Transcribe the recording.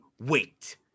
wait